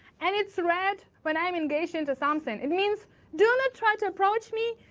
and it's red when i'm engaged into something. it means do not try to approach me.